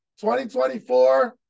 2024